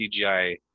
CGI